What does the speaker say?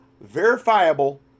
verifiable